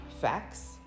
facts